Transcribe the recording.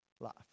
life